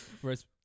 whereas